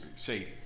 shady